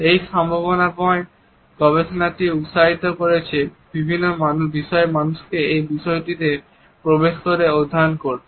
এই সম্ভাবনাময় গবেষণাটি উৎসাহিত করেছে বিভিন্ন বিষয়ের মানুষকে এই বিষয়টিতে প্রবেশ করে অধ্যায়ন করতে